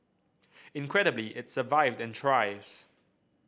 incredibly it survived and thrives